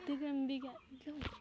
त्यो क्रिम बिगा के हौ यो